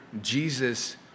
Jesus